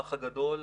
האח הגדול,